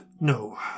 no